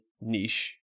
niche